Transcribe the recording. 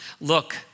Look